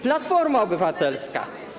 Platforma Obywatelska.